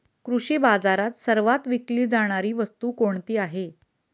कृषी बाजारात सर्वात विकली जाणारी वस्तू कोणती आहे?